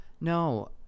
No